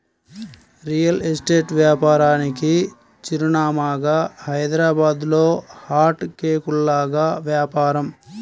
real estate వ్యాపారానికి చిరునామాగా హైదరాబాద్లో హాట్ కేకుల్లాగా వ్యాపారం